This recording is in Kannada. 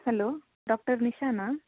hello doctor Nishana